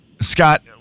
Scott